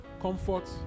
Comfort